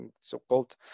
so-called